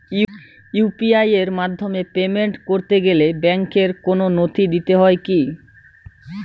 UPI এর মাধ্যমে payment করতে গেলে ব্যাংকের কোন নথি দিতে হয় কি?